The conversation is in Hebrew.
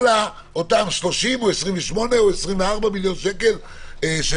כל אותם 30 או 28 או 24 מיליון שקל של